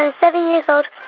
and seven years old.